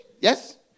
Yes